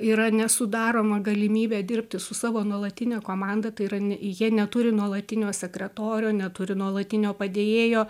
yra nesudaroma galimybė dirbti su savo nuolatine komanda tai yra ne jie neturi nuolatinio sekretorio neturi nuolatinio padėjėjo